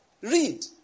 Read